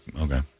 okay